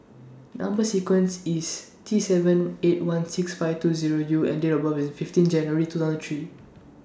Number sequence IS T seven eight one six five two Zero U and Date of birth IS fifteen January two thousand three